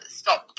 stop